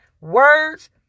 Words